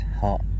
hot